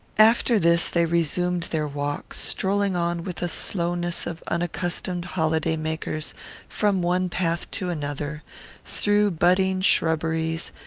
after this they resumed their walk, strolling on with the slowness of unaccustomed holiday-makers from one path to another through budding shrubberies,